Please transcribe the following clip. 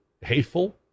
hateful